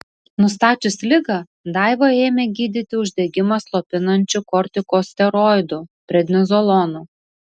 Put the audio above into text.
nustačius ligą daivą ėmė gydyti uždegimą slopinančiu kortikosteroidu prednizolonu